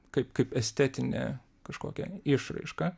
kaip kaip estetinė kažkokia išraiška